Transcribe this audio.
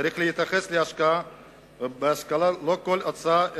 וצריך להתייחס להשקעה בהשכלה לא כאל הוצאה,